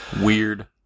Weird